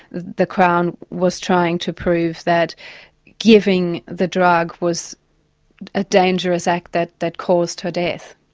the crown was trying to prove that giving the drug was a dangerous act that that caused her death.